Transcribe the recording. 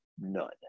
None